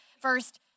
First